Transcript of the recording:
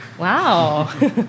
Wow